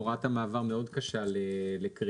הוראת המעבר מאוד קשה לקריאה.